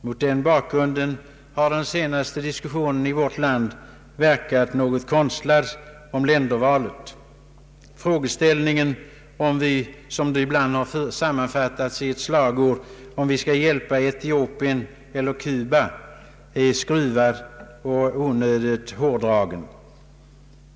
Mot den bakgrunden har den senaste tidens diskussion i vårt land beträffande ländervalet verkat något konstlad. Frågeställningen — som ibland har sammanfattats i slagordet om ”vi skall hjälpa Etiopien eller Cuba” — är skruvad och onödigt hårdragen.